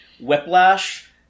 whiplash